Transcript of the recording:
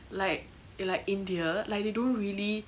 like like india like they don't really